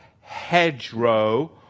hedgerow